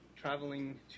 traveling